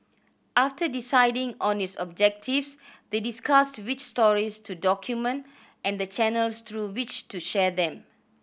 after deciding on its objectives they discussed which stories to document and the channels through which to share them